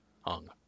hung